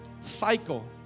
cycle